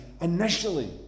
Initially